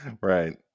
right